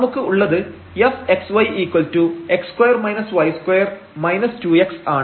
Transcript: നമുക്ക് ഉള്ളത് fxyx2 y2 2x ആണ്